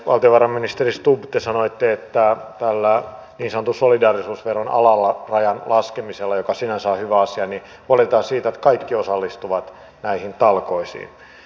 valtiovarainministeri stubb te sanoitte että tällä niin sanotun solidaarisuusveron alarajan laskemisella joka sinänsä on hyvä asia huolehditaan siitä että kaikki osallistuvat näihin talkoisiin